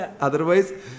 Otherwise